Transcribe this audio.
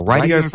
Radio